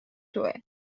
تویه